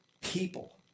people